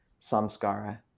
samskara